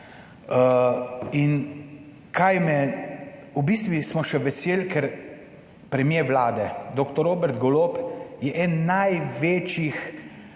na koncu. V bistvu smo še veseli, ker premier Vlade dr. Robert Golob je eden največjih